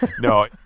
No